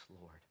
Lord